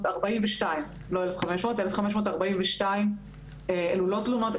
זה 1,542. אלו לא תלונות,